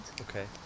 Okay